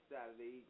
Saturday